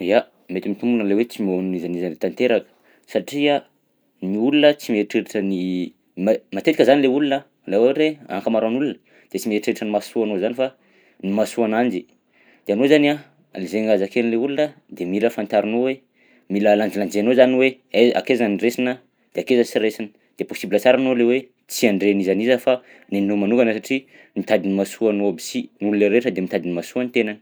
Ya, mety mitombina lay hoe tsy momba n'iza n'iza tanteraka satria ny olona tsy mieritreritra ny ma- matetika zany le olona la ohatra hoe ankamaroan'ny olona de sy mieritreritra ny mahasoa anao zany fa ny mahasoa ananjy de anao zany zay raha zakain'le olona de mila fatarinao hoe mila lanjalanjainao zany hoe ai- akaiza no raisina de akaiza sy raisina de possibla tsara ianao le hoe tsy handray an'iza n'iza fa ninao manokana satria mitady ny mahasoa anao aby si, ny olona rehetra de mitady ny mahasoa ny tenany.